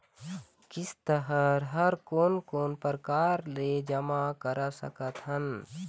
किस्त हर कोन कोन प्रकार से जमा करा सकत हन?